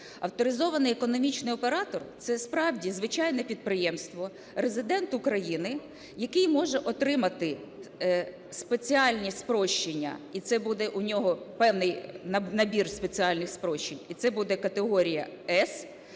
авторизований економічний оператор – це справді звичайне підприємство, резидент України, який може отримати спеціальні спрощення. І це буде в нього певний набір спеціальних спрощень, і це буде категорія С,